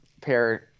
pair